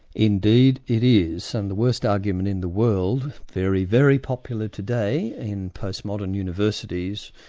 indeed it is, and the worst argument in the world, very, very popular today in postmodern universities,